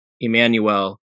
Emmanuel